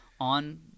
on –